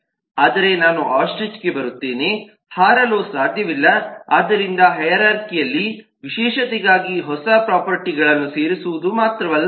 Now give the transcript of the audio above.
ಆದರೆ ನಾನು ಆಸ್ಟ್ರಿಚ್ಗೆ ಬರುತ್ತೇನೆ ಹಾರಲು ಸಾಧ್ಯವಿಲ್ಲ ಆದ್ದರಿಂದ ಹೈರಾರ್ಖಿಅಲ್ಲಿ ವಿಶೇಷತೆಗಾಗಿ ಹೊಸ ಪ್ರೊಫರ್ಟಿಗಳನ್ನು ಸೇರಿಸುವುದು ಮಾತ್ರವಲ್ಲ